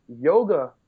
yoga